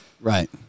Right